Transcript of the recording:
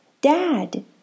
dad